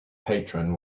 patron